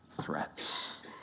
threats